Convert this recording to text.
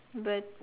but